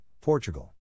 Portugal